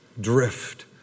drift